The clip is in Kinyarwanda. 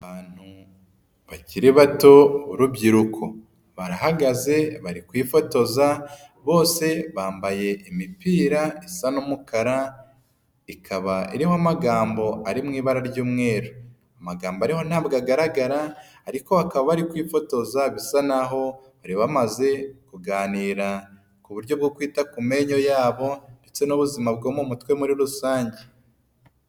Abantu bakiri bato b'urubyiruko barahagaze bari kwifotoza bose bambaye imipira isa n'umukara ikaba iho amagambo ari mu ibara ry'umweru. Amagambo ariho ntabwo agaragara ariko bakaba bari kwifotoza bisa nahoho bari bamaze kuganira ku buryo bwo kwita ku menyo yabo ndetse n'ubuzima bwo mu mutwe muri rusange.